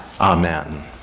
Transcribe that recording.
Amen